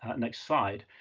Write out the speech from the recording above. and next slide.